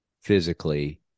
physically